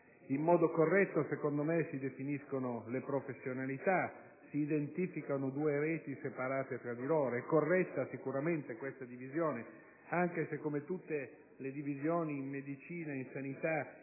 In modo corretto, a mio avviso, si definiscono le professionalità e si identificano due reti separate tra di loro. È sicuramente giusta questa divisione, anche se, come tutte le divisioni fatte in medicina e in sanità,